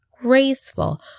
graceful